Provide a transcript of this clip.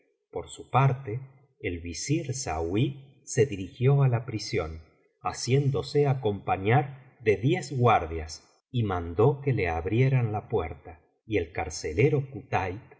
por su parte el visir sauí se dirigió á la prisión haciéndose acompañar de diez guardias y mandó tomo iii biblioteca valenciana generalitat valenciana las mil noches y una noche que le abrieran la puerta y el carcelero